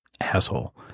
asshole